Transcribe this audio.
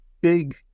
big